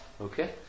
Okay